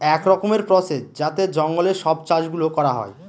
এক রকমের প্রসেস যাতে জঙ্গলে সব চাষ গুলো করা হয়